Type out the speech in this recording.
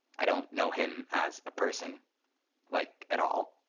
i don't know him as a person like, at all.